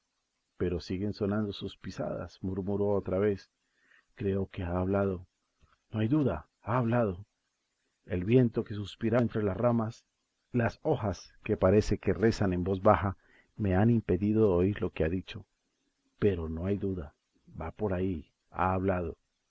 pero siguen sonando sus pisadas murmuró otra vez creo que ha hablado no hay duda ha hablado el viento que suspira entre las ramas las hojas que parece que rezan en voz baja me han impedido oír lo que ha dicho pero no hay duda va por ahí ha hablado